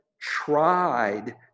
tried